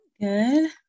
Good